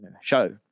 show